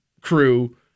crew